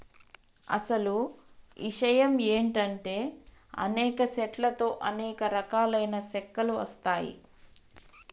అసలు ఇషయం ఏంటంటే అనేక సెట్ల తో అనేక రకాలైన సెక్కలు వస్తాయి